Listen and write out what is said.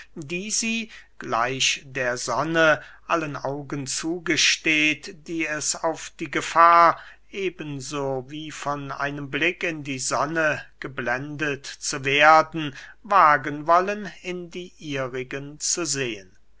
die sie gleich der sonne allen augen zugesteht die es auf die gefahr eben so wie von einem blick in die sonne geblendet zu werden wagen wollen in die ihrigen zu sehen